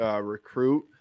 recruit